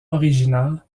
original